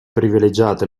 privilegiate